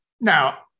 Now